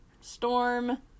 Storm